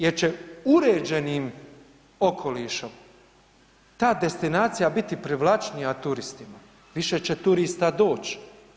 Jer će uređenim okolišem ta destinacija biti privlačnija turistima, više će turista doći.